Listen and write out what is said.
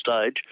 stage